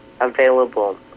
available